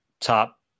top